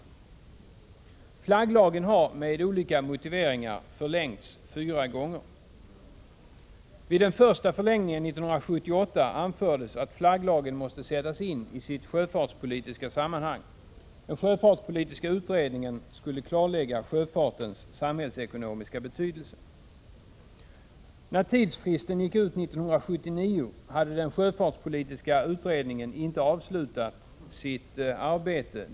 Flagglagen har med olika motiveringar förlängts fyra gånger. Vid den första förlängningen 1978 anfördes att flagglagen måste sättas in i sitt sjöfartspolitiska sammanhang. Den sjöfartspolitiska utredningen skulle klarlägga sjöfartens samhällsekonomiska betydelse. När tidsfristen gick ut 1979 hade den sjöfartspolitiska utredningen inte avslutat sitt arbete.